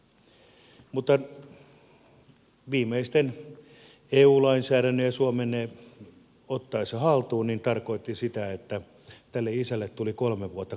mutta suomen ottaessa haltuun viimeisen eu lainsäädännön se tarkoitti sitä että tälle isälle tuli kolme vuotta kakkua lisää